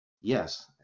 yes